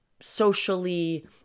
socially